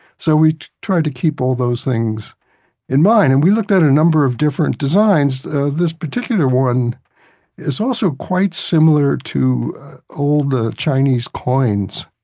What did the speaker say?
so we tried to keep all those things in mind. and we looked at a number of different designs this particular one is also quite similar to old ah chinese coins.